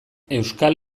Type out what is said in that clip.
euskal